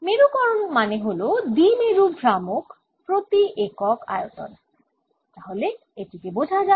মেরুকরণ মানে হল দ্বিমেরু ভ্রামক প্রতি একক আয়তনতাহলে এটিকে বোঝা যাক